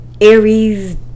Aries